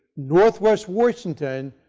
northwest washington,